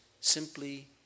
simply